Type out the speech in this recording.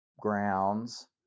grounds